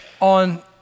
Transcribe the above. on